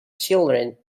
children